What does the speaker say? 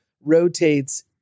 rotates